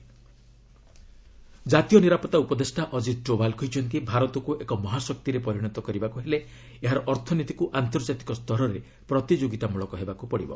NSA Doval lecture ଜାତୀୟ ନିରାପତ୍ତା ଉପଦେଷ୍ଟା ଅକ୍ଷିତ୍ ଡୋଭାଲ୍ କହିଛନ୍ତି ଭାରତକୁ ଏକ ମହାଶକ୍ତିରେ ପରିଣତ ହେବାକୁ ହେଲେ ଏହାର ଅର୍ଥନୀତିକୁ ଆନ୍ତର୍ଜାତିକ ସ୍ତରରେ ପ୍ରତିଯୋଗିତାମୂଳକ ହେବାକୁ ପଡ଼ିବ